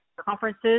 conferences